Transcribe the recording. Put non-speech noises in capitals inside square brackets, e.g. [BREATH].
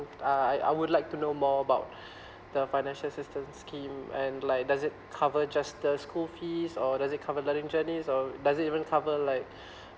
I I I would like to know more about [BREATH] the financial assistance scheme and like does it cover just the school fees or does it cover learning journeys or does it even cover like [BREATH]